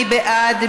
מי בעד?